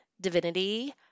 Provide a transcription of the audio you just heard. divinity